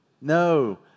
No